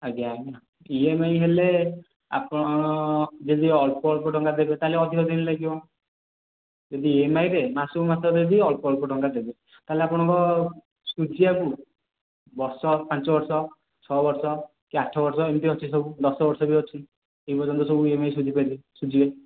ଆଜ୍ଞା ଆଜ୍ଞା E M I ହେଲେ ଆପଣ ଯଦି ଅଳ୍ପ ଅଳ୍ପ ଟଙ୍କା ଦେବେ ତା'ହେଲେ ଅଧିକ ଦିନ ଲାଗିବ ଯଦି ଇଏମ୍ଆଇରେ ମାସୁକୁ ମାସ ବି ଅଳ୍ପ ଅଳ୍ପ ଟଙ୍କା ଦେବେ ତା'ହେଲେ ଆପଣଙ୍କର ସୁଜିବାକୁ ବର୍ଷ ପାଞ୍ଚ ବର୍ଷ ଛଅ ବର୍ଷ କି ଆଠ ବର୍ଷ ଏମିତି ଅଛି ସବୁ ଦଶବର୍ଷ ବି ଅଛି ସେଇ ପର୍ଯ୍ୟନ୍ତ ସବୁ ଇ ଏମ୍ ଆଇ ସୁଝି ପାରିବେ ସୁଝିବେ